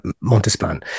Montespan